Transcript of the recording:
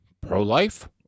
pro-life